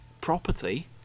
property